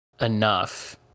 enough